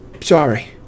sorry